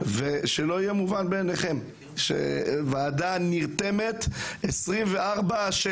זה לא מובן שוועדה נרתמת 24/6